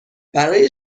برای